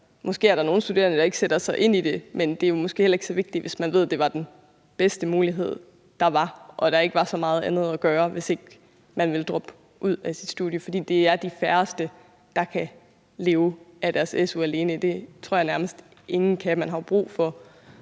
måske er nogle studerende, der ikke sætter sig ind i det, men det er måske heller ikke så vigtigt, hvis man ved, det var den bedste mulighed, der var, og der ikke var så meget andet at gøre, hvis ikke man ville droppe ud af sit studie. For det er de færreste, der kan leve af deres su alene. Det tror jeg nærmest ingen kan. Man har jo brug for